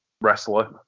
wrestler